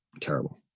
terrible